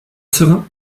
serin